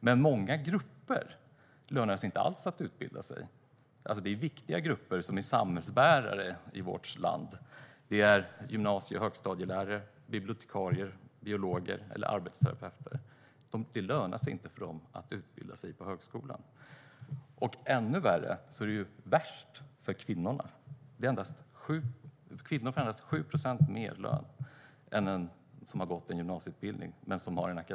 Men för många grupper lönar det sig inte alls att utbilda sig. För viktiga grupper som är samhällsbärare i vårt land - gymnasie och högstadielärare, bibliotekarier, biologer och arbetsterapeuter - lönar det sig inte att utbilda sig på högskolan. Värst är det för kvinnor med akademisk utbildning, som endast får 7 procent mer i lön än kvinnor med gymnasieutbildning.